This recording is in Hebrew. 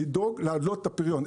לדאוג להעלות את הפריון.